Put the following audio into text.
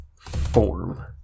Form